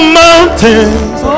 mountains